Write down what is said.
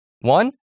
One